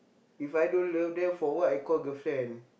if I don't love then for what I call girlfriend